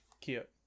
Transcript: cute